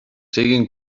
siguin